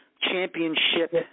Championship